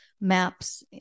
maps